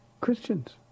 Christians